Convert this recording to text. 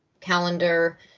calendar